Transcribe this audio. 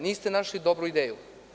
Niste našli dobru ideju.